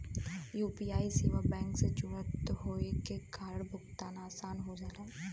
UPI सेवा bank से जुड़ल होये के कारण भुगतान आसान हो जाला